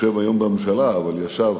שיושב היום בממשלה אבל ישב